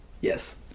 Yes